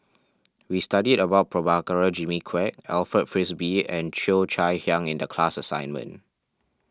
we studied about Prabhakara Jimmy Quek Alfred Frisby and Cheo Chai Hiang in the class assignment